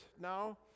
now